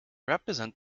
represent